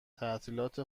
تعطیلات